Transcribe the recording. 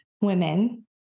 women